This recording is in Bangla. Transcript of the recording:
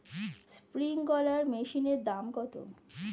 স্প্রিংকলার মেশিনের দাম কত?